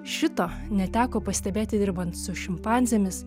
šito neteko pastebėti dirbant su šimpanzėmis